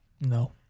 No